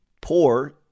Poor